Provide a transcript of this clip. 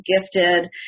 gifted